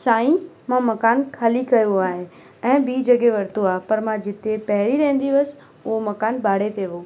साईं मां मकानु खाली कयो आहे ऐं ॿी जॻह वरितो आहे पर मां जिते पहिरीं रहंदी हुअसि उहो मकान भाड़े ते हुओ